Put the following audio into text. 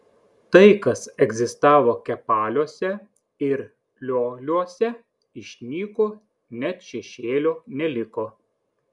tai kas egzistavo kepaliuose ir lioliuose išnyko net šešėlio neliko